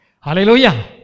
Hallelujah